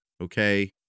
okay